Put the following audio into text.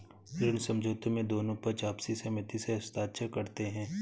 ऋण समझौते में दोनों पक्ष आपसी सहमति से हस्ताक्षर करते हैं